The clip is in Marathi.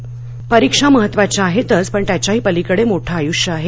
परीक्षा परीक्षा महत्त्वाच्या आहेतच पण त्याच्याही पलीकडे मोठं आयुष्य आहे